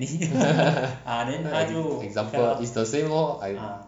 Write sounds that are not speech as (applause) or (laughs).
(laughs) example is the same lor